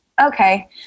okay